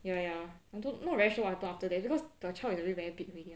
ya ya I'm not very sure what happen after that because the child is already very big ya